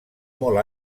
molt